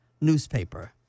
newspaper